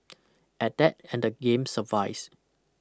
adapt and the game survives